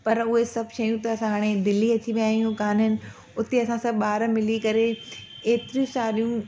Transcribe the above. पर उहे सभ शयूं त असां हाणे दिल्ली अची विया आहियूं कान्हनि उते असां सभ ॿार मिली करे हेतिरी सारियूं